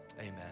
amen